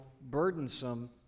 burdensome